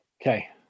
Okay